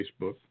Facebook